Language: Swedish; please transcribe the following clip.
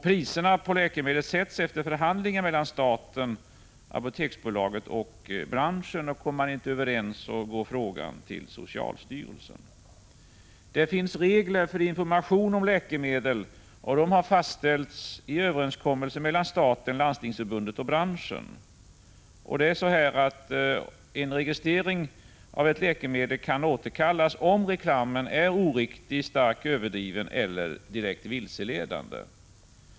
Priserna på läkemedel sätts efter förhandlingar mellan staten, Apoteksbolaget och branschen, och kommer man inte överens går frågan till socialstyrelsen. Det finns regler för information om läkemedel, och dessa har fastställts genom överenskommelse mellan staten, Landstingsförbundet och branschen. Registreringen av ett läkemedel kan återkallas om reklamen är oriktig, starkt överdriven eller direkt vilseledande.